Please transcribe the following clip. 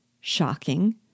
Shocking